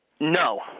No